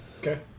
Okay